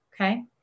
Okay